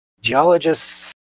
Geologists